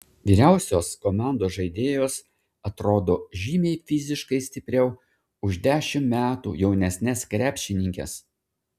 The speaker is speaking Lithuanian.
vyriausios komandos žaidėjos atrodo žymiai fiziškai stipriau už dešimt metų jaunesnes krepšininkes